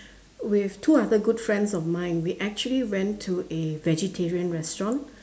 with two other good friends of mine we actually went to a vegetarian restaurant